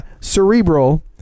Cerebral